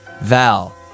Val